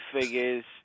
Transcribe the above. figures